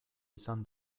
izan